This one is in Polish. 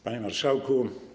Panie Marszałku!